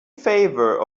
favor